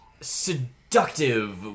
seductive